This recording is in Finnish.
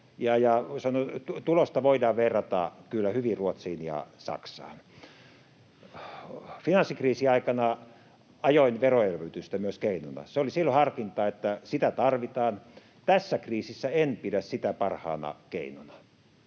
tulosta voidaan verrata kyllä hyvin Ruotsiin ja Saksaan. Finanssikriisin aikana ajoin myös veroelvytystä keinona. Silloin harkittiin, että sitä tarvitaan. Tässä kriisissä en pidä sitä parhaana keinona,